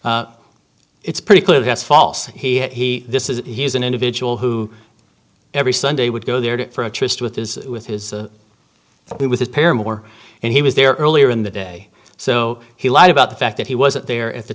there it's pretty clear he has false he this is he is an individual who every sunday would go there for a tryst with his with his with his paramour and he was there earlier in the day so he lied about the fact that he wasn't there at the